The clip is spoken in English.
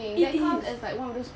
it is